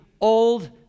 old